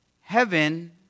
Heaven